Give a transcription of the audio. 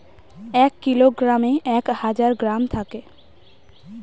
এক কিলোগ্রামে এক হাজার গ্রাম থাকে